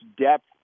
depth